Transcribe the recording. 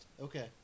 Okay